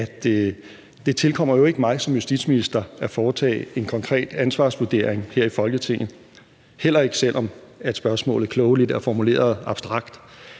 det tilkommer jo ikke mig som justitsminister at foretage en konkret ansvarsvurdering her i Folketinget, heller ikke selv om spørgsmålet klogelig er formuleret abstrakt.